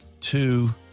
two